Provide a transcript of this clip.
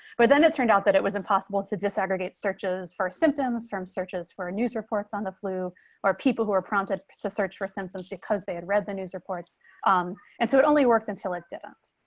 but then it turned out that it was impossible to desegregate searches for symptoms from searches for news reports on the flu or people who are prompted to search for symptoms because they had read the news reports and so it only worked until it didn't.